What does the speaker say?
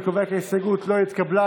אני קובע כי ההסתייגות לא נתקבלה.